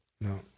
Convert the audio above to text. No